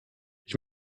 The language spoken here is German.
ich